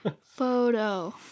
photo